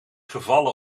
gevallen